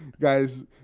guys